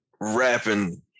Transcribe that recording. rapping